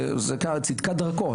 וזה צדקת דרכו,